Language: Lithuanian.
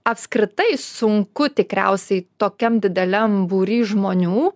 apskritai sunku tikriausiai tokiam dideliam būry žmonių